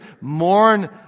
mourn